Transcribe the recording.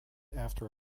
after